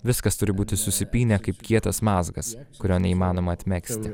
viskas turi būti susipynę kaip kietas mazgas kurio neįmanoma atmegzti